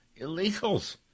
illegals